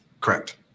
correct